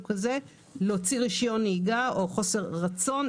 כזה להוציא רשיון נהיגה או חוסר רצון,